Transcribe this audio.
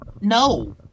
no